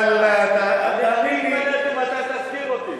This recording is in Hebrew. ואללה, תאמין לי, אתה, התפלאתי מתי תזכיר אותי.